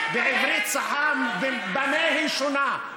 בעברית צחה: במה היא שונה?